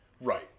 Right